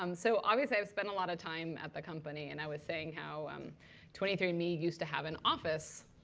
um so obviously, i've spent a lot of time at the company. and i was saying how um twenty three andme used to have an office